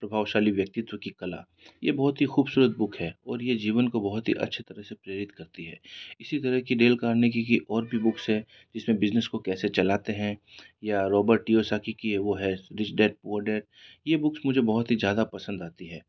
प्रभावशाली व्यक्तित्व की कला ये बहुत ही ख़ूबसूरत बुक है और ये जीवन को बहुत ही अच्छी तरह से प्रेरित करती है इसी तरह की डेल कार्नेगी की और भी बुक्स है जिस में बिजनेस को कैसे चलाते हैं या रॉबर्ट किओसाकी है रिच डैड पउर डैड ये बुक मुझे ज़्यादा पसंद है आती है